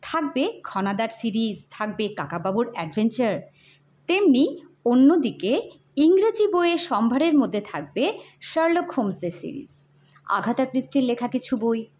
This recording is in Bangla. থাকবে ঘনাদার সিরিজ থাকবে কাকাবাবুর অ্যাডভেঞ্চার তেমনি অন্যদিকে ইংরেজি বইয়ের সম্ভারের মধ্যে থাকবে শার্লক হোমসের সিরিজ আগাথা ক্রিস্টির লেখা কিছু বই